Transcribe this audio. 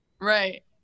Right